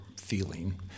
feeling